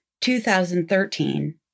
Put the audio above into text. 2013